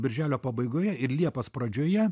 birželio pabaigoje ir liepos pradžioje